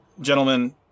gentlemen